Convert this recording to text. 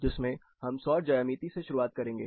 जिसमें हम सौर ज्यामिति से शुरुआत करेंगे